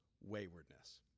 waywardness